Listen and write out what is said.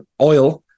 oil